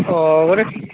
ଅ ଗୋଟେ